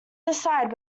decide